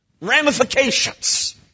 ramifications